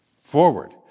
forward